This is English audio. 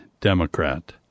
Democrat